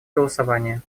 голосования